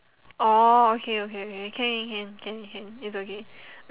orh okay okay okay can can can can can can it's okay